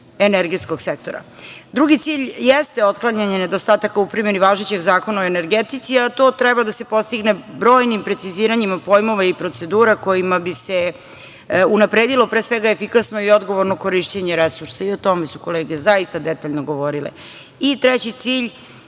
energetskog sektora. Drugi cilj jeste otklanjanje nedostataka u primeni važećeg Zakona o energetici, a to treba da se postigne brojnim preciziranjima pojmova i procedura kojima bi se unapredilo, pre svega, efikasno i odgovorno korišćenje resursa i o tome su kolege zaista detaljno govorile. Treći cilj